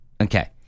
Okay